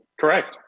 Correct